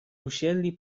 usiedli